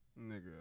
nigga